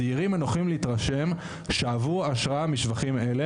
צעירים הנוחים להתרשם שאבו השראה משבחים אלה